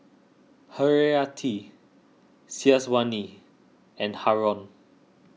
Haryati Syazwani and Haron